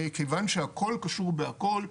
כיוון שהכל קשור בהכל,